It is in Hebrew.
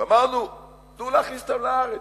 ואמרנו: תנו להכניס אותם לארץ.